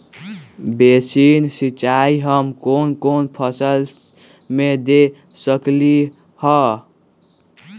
Basin सिंचाई हम कौन कौन फसल में दे सकली हां?